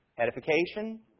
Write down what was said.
Edification